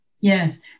Yes